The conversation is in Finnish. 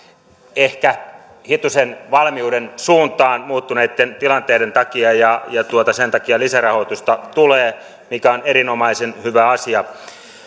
ehkä hitusen valmiuden suuntaan muuttuneitten tilanteiden takia ja sen takia lisärahoitusta tulee mikä on erinomaisen hyvä asia